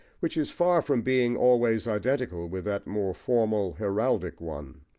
which is far from being always identical with that more formal, heraldic one.